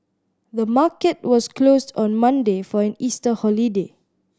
the market was closed on Monday for an Easter holiday